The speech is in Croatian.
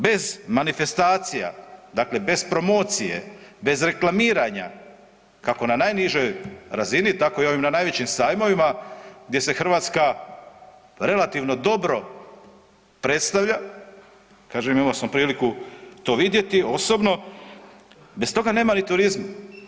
Bez manifestacija, dakle bez promocije, bez reklamiranja kako na najnižoj razini tako i na ovim najvećim sajmovima gdje se Hrvatska relativno dobro predstavlja, kažem imao sam priliku to vidjeti osobno, bez toga nema ni turizma.